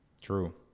True